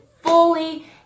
fully